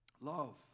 Love